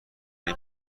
این